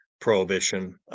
prohibition